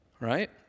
Right